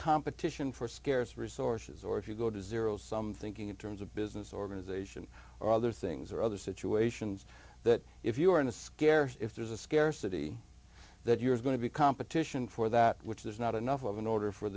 competition for scarce resources or if you go to zero sum thinking in terms of business organization or other things or other situations that if you're in a scarce if there's a scarcity that you're going to be competition for that which there's not enough of an order for